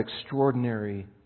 extraordinary